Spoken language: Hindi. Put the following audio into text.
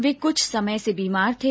वे कुछ समय से बीमार थे